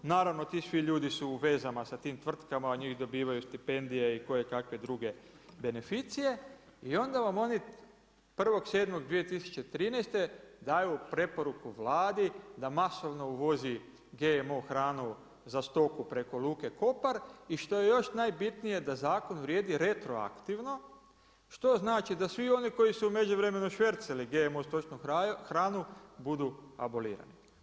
Naravno ti svi ljudi su u vezama sa tim tvrtkama, od njih dobivaju stipendije i koje kakve druge beneficije i onda vam oni 1.7.2013. daju preporuku Vladi da masovno uvozi GMO hranu za stoku preko Luke Kopar i što je još bitnije da zakon vrijedi retroaktivno što znači da svi oni koji su u međuvremenu švercali GMO stočnu hranu budu abolirani.